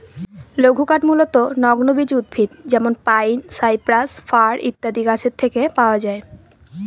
লঘুকাঠ মূলতঃ নগ্নবীজ উদ্ভিদ যেমন পাইন, সাইপ্রাস, ফার ইত্যাদি গাছের থেকে পাওয়া যায়